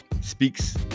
speaks